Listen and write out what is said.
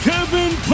Kevin